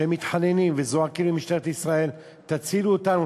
שהם מתחננים וזועקים למשטרת ישראל: תצילו אותנו,